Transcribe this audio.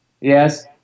Yes